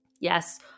Yes